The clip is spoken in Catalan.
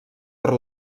per